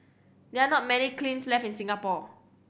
there are not many kilns left in Singapore